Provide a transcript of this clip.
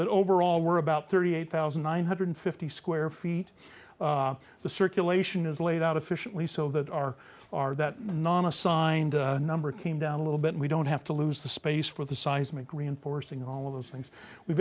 that overall we're about thirty eight thousand nine hundred fifty square feet the circulation is laid out officially so that our our the non assigned number came down a little bit we don't have to lose the space for the seismic reinforcing all of those things we've